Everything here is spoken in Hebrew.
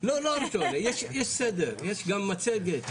יש גם מצגת,